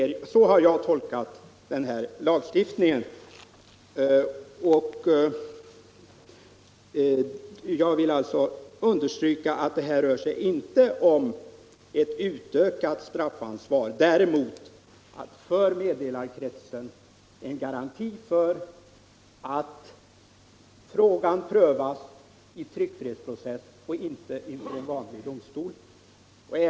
Så har jag tolkat lagstiftningen. Jag vill alltså understryka att det rör sig inte om ett utökat straffansvar. Däremot rör det sig för meddelarkretsen om en garanti för att frågan prövas i tryckfrihetsprocess och inte i någon vanlig domstol.